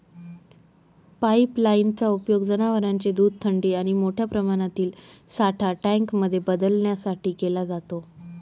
pipeline चा उपयोग जनवरांचे दूध थंडी आणि मोठ्या प्रमाणातील साठा टँक मध्ये बदलण्यासाठी केला जातो